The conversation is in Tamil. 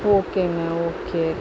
ஓகேங்க ஓகே